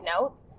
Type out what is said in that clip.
note